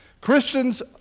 Christians